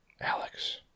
Alex